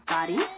Body